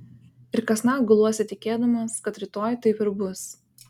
ir kasnakt guluosi tikėdamas kad rytoj taip ir bus